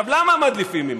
למה מדליפים ממנו?